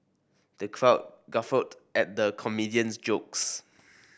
the crowd guffawed at the comedian's jokes